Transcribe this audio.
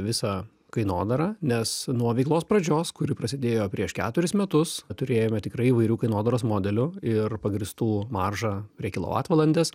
visą kainodarą nes nuo veiklos pradžios kuri prasidėjo prieš keturis metus turėjome tikrai įvairių kainodaros modelių ir pagrįstų marža prie kilovatvalandės